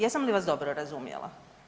Jesam li vas dobro razumjela?